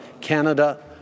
Canada